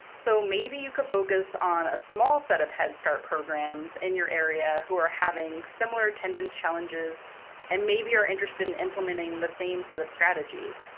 so, maybe you could focus on a small set of head start programs in your area who are having similar attendance challenges and maybe are interested in implementing the same set of strategies.